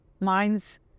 minds